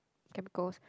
chemicals